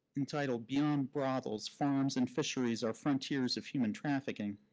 entitled beyond brothels, farms and fisheries are frontiers of human trafficking,